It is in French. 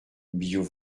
billaud